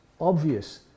obvious